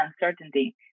uncertainty